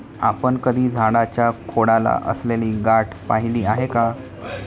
आपण कधी झाडाच्या खोडाला असलेली गाठ पहिली आहे का?